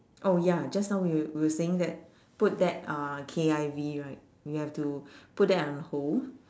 oh ya just now we we were saying that put that uh K_I_V right we have to put that on hold